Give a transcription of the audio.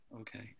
Okay